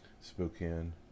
Spokane